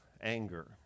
anger